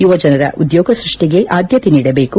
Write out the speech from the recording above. ಯುವಜನರ ಉದ್ದೋಗ ಸೃಷ್ಠಿಗೆ ಆದ್ದತೆ ನೀಡಬೇಕು